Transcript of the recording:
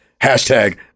Hashtag